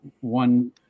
one